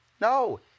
No